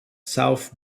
south